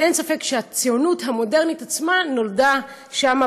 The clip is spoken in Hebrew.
אבל אין ספק שהציונות המודרנית נולדה שם,